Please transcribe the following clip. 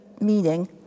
meaning